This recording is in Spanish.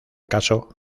caso